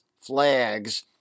flags